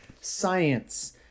science